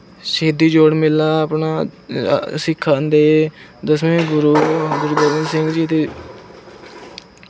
ਸ਼ਹੀਦੀ ਜੋੜ ਮੇਲਾ ਆਪਣਾ ਸਿੱਖਾਂ ਦੇ ਦਸਵੇਂ ਗੁਰੂ ਗੁਰੂ ਗੋਬਿੰਦ ਸਿੰਘ ਜੀ ਦੇ